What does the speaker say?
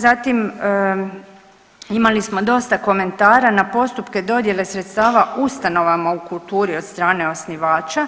Zatim, imali smo dosta komentara na postupke dodjele sredstava ustanovama u kulturi od strane osnivača